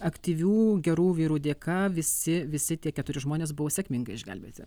aktyvių gerų vyrų dėka visi visi tie keturi žmonės buvo sėkmingai išgelbėti